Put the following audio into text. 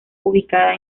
ubicada